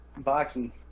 Baki